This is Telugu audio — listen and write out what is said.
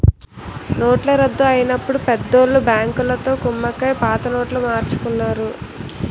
నోట్ల రద్దు అయినప్పుడు పెద్దోళ్ళు బ్యాంకులతో కుమ్మక్కై పాత నోట్లు మార్చుకున్నారు